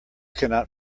cannot